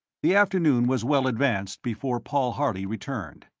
the afternoon was well advanced before paul harley returned.